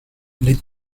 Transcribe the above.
les